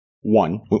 One